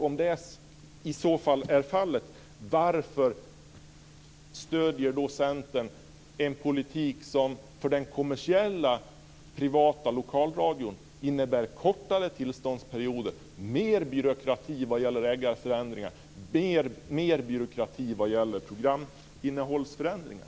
Om så är fallet, varför stöder då Centern en politik som för den kommersiella privata lokalradion innebär kortare tillståndsperioder, mer byråkrati när det gäller ägarförändringar och mer byråkrati när det gäller programinnehållsförändringar?